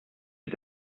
est